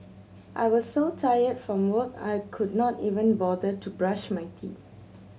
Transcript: I was so tired from work I could not even bother to brush my teeth